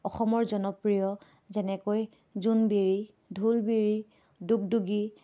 অসমৰ জনপ্ৰিয় যেনেকৈ জোনবিৰি ঢোলবিৰি দুগদুগী